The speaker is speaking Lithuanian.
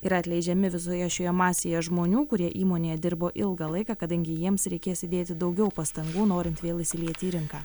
yra atleidžiami visoje šioje masėje žmonių kurie įmonėje dirbo ilgą laiką kadangi jiems reikės įdėti daugiau pastangų norint vėl įsilieti į rinką